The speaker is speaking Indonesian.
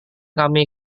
kami